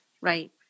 Right